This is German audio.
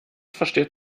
versteht